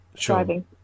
driving